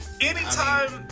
anytime